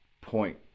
point